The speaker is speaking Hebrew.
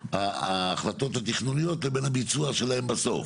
ההחלטות התכנוניות לבין הביצוע שלהן בסוף.